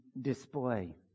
display